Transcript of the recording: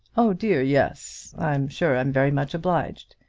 oh, dear yes i'm sure i'm very much obliged.